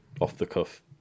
off-the-cuff